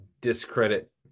discredit